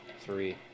three